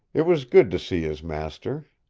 it was good to see his master.